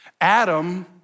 Adam